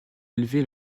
élevé